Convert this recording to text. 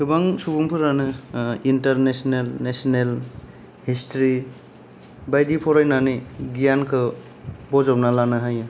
गोबां सुबुंफोरानो international national history बायदि फरायनानै गियानखौ बोजबना लानो हायो